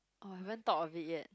uh I haven't thought of it yet